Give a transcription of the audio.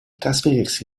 trasferirsi